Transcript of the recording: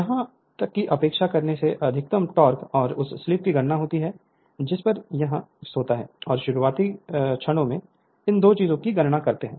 यहां तक कि उपेक्षा करने से अधिकतम टोक़ और उस स्लीप की गणना होती है जिस पर यह होता है और शुरुआती टोक़ को इन दो चीजों की गणना करता है